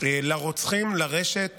לרוצחים לרשת